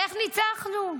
איך ניצחנו?